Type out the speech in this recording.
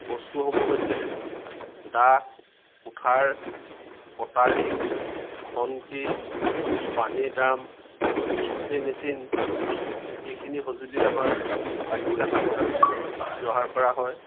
বস্তুসমূহ হৈছে দা কুঠাৰ কটাৰী খন্তি পানীৰ ড্ৰাম ইস্প্ৰে মেচিন এইখিনি সঁজুলি আমাৰ বাগিচা কামত ব্যৱহাৰ কৰা হয়